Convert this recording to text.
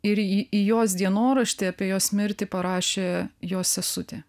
ir į į jos dienoraštį apie jos mirtį parašė jos sesutė